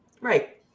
Right